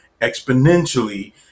exponentially